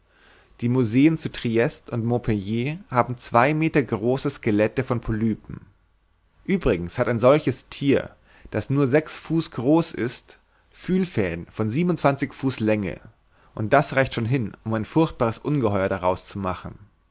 die museen zu triest und montpellier haben zwei meter große skelette von polypen uebrigens hat ein solches thier das nur sechs fuß groß ist fühlfäden von siebenundzwanzig fuß länge und das reicht schon hin um ein furchtbares ungeheuer daraus zu machen